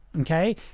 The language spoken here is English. okay